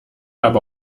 aber